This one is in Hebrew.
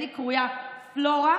אני קרויה פלורה,